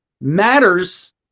matters